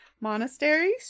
monasteries